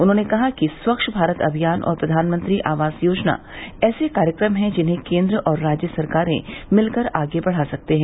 उन्होंने कहा कि स्वच्छ भारत अभियान और प्रधानमंत्री आवास योजना ऐसे कार्यक्रम हैं जिन्हें केन्द्र और राज्य सरकारें मिलकर आगे बढ़ा सकते हैं